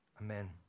Amen